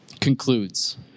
concludes